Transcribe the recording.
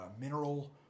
mineral